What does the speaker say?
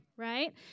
Right